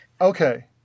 Okay